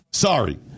sorry